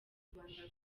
rwanda